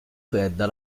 fredda